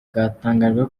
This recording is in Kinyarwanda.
bwatangaje